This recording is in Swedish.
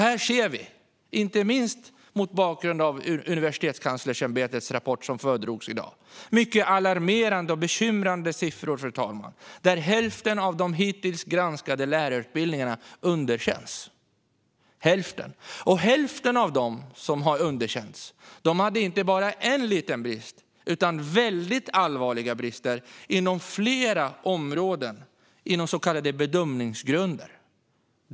Inte minst mot bakgrund av Universitetskanslersämbetets rapport som föredrogs i dag ser vi mycket alarmerande och bekymrande siffror, fru talman. Hälften av de hittills granskade lärarutbildningarna har underkänts. Hälften av dem som har underkänts har inte bara en liten brist utan i stället mycket allvarliga brister inom flera områden, så kallade bedömningsgrunder.